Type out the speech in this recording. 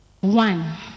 one